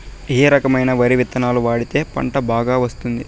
ఏ రకమైన వరి విత్తనాలు వాడితే పంట బాగా వస్తుంది?